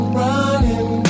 running